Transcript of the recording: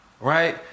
Right